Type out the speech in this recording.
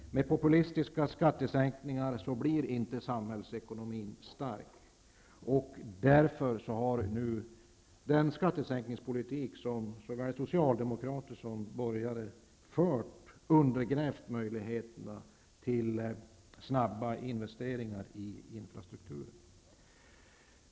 Med populistiska skattesänkningar blir inte samhällsekonomin stark. Därför har den skattesänkningspolitik som såväl Socialdemokraterna som de borgerliga partierna har fört undergrävt möjligheterna till snabba investeringar i infrastrukturen.